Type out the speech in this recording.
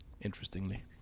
Interestingly